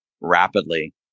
rapidly